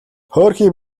хөөрхий